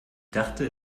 dachte